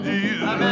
Jesus